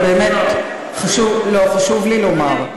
חשוב לי לומר,